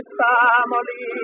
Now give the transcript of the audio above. family